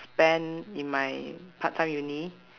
spend in my part time uni